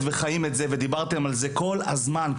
וחיים את זה ודיברתם על זה כל הזמן,